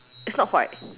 it's not fried